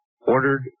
ordered